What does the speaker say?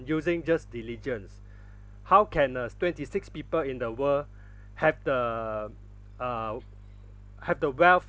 using just diligence how can uh twenty six people in the world have the uh have the wealth